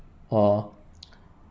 uh